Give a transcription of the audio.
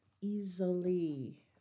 easily